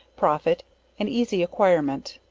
profit and easy acquirement.